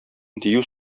дию